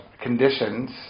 conditions